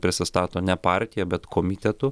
prisistato ne partija bet komitetu